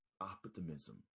optimism